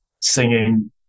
singing